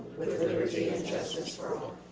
with liberty and justice for all.